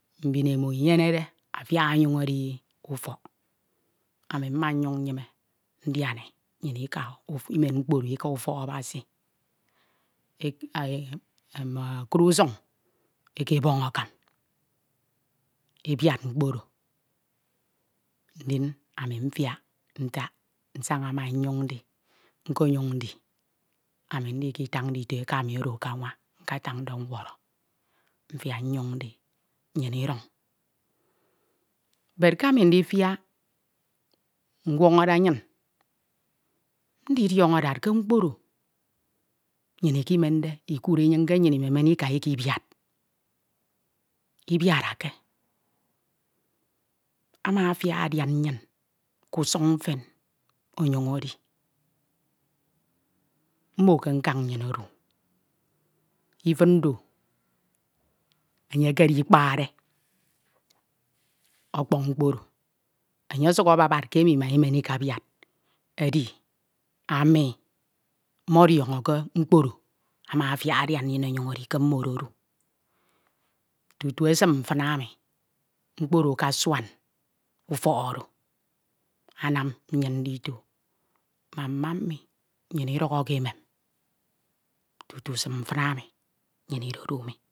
mbin emo inyenede afiak onyọñ edi ufọk ndian e imen mkpo oro idan ika ufọk Abasi mme ekud usañ ekeboñ akam ebiad mkpo oro ndin ama mfiak edim ndin nsaña ma e nyoñ ndi, nkonyoñ ndi ndiketan ndito eka mi no ka anwa mfiak nyoñ ndi bed ke anu ndifiak nwọñọde anyin ndidiọñọ dad ke mkpo oro nnyin ukemende ikudd enyọñ ke nnyin imemen ika ikabiad ibiarake ama afiak adian nnyin kúsuñ mfen enyon edi mmo ke mkan nnyin odu ifin do enye ekedi mkpade ọkpọñ mkpo wo enye ọsuk ababadd ke emo ima ibiad mkpo oro edi ami mọdiọñọ ke mkpo oro amfiak adian nnyin ọnyoñ edi ke mmodo odu tutu esin mfin eni mkpo oro ekesuan ufok oro anam nnyin ndito ma mma mi nnyin idukho ke emen tutu sim mfin enn nnyin idedu mi